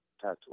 tattoo